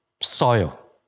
soil